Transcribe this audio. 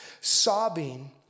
sobbing